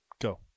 Go